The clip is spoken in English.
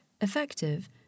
effective